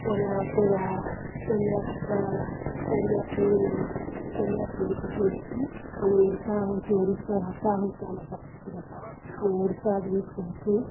Odia opera Odia ଭାଷା Odia cinema Odia ସବୁ କିଛି ରହିସି ଆମର ଓଡ଼ିଶା ହଉଛି ଓଡ଼ିଶା ଭାଷା ହଉଛି ଆମର ସାଂସ୍କୃତି ଭାଷା ଆମ ଓଡ଼ିଶା ଜିନିଷକୁ ହେସୁଁ